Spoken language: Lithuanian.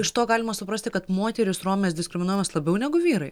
iš to galima suprasti kad moterys romės diskriminuojamos labiau negu vyrai